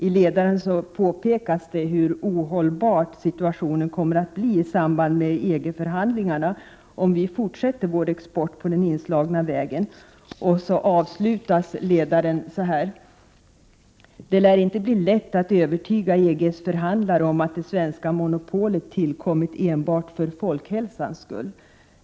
I ledaren påpekas hur ohållbar situationen kommer att bli i samband med EG-förhandlingarna, om vi fortsätter vår export på den inslagna vägen. Ledaren avslutas så här: Det lär inte bli lätt att övertyga EG:s förhandlare om att det svenska monopolet tillkommit enbart för folkhälsans skull.